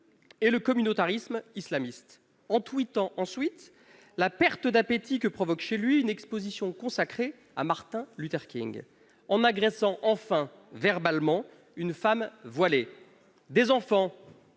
et le communautarisme islamiste, en tweetant ensuite sur la perte d'appétit que provoque chez lui une exposition consacrée à Martin Luther King, en agressant verbalement, enfin, une femme voilée. Des enfants